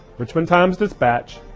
richmond times dispatch,